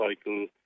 cycle